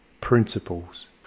Principles